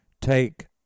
Take